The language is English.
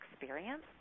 experience